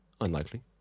unlikely